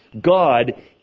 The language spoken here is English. God